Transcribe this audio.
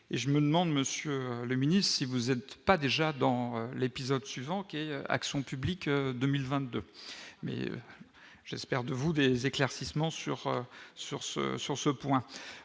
et je me demande, Monsieur le Ministre, si vous êtes pas déjà dans l'épisode suivant qui est action publique 2022, mais j'espère de vous des éclaircissements sur sur